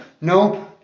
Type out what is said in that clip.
No